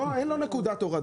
לא, אין לו נקודת הורדה.